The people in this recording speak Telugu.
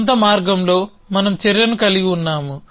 ఆపై కొంత మార్గంలో మనం చర్యను కలిగి ఉన్నాము